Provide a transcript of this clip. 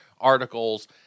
articles